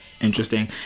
interesting